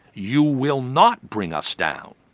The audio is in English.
you will not bring us down.